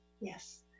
Yes